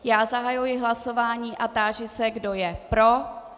Já zahajuji hlasování a táži se, kdo je pro.